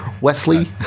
Wesley